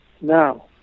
Now